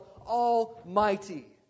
almighty